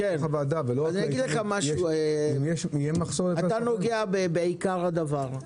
מתוך הוועדה --- אתה נוגע בעיקר הדבר: